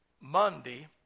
Monday